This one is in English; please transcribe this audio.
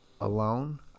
alone